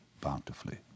bountifully